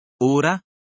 Ora